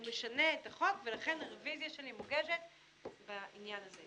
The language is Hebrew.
הוא משנה את החוק ולכן הרביזיה שלי מוגשת בעניין הזה.